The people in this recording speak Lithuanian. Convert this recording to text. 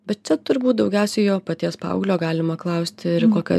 bet čia turbūt daugiausiai jo paties paauglio galima klausti kokia